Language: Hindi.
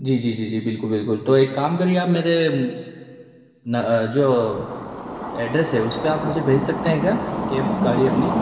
जी जी जी जी बिल्कुल बिल्कुल तो एक काम करिए आप मेरे न जो एड्रैस है उसपे आप मुझे भेज सकते हैं क्या कैब गाड़ी अपनी